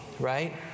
Right